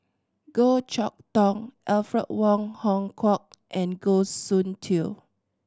Goh Chok Tong Alfred Wong Hong Kwok and Goh Soon Tioe